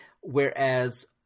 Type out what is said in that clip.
Whereas